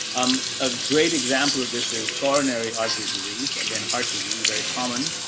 um, a great example of this as coronary artery disease, again, heart disease, very common.